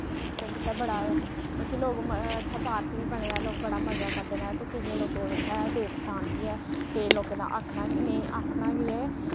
ते उत्थै बड़ा मतलब कि लोक उत्थै पार्क बी बने दा ऐ लोग बड़ा मजा करदे न ते केइयैं लोकें दे उत्थै देव स्थान बी ऐ केईं लोकें दा आखना कि नेईं आखना कि एह्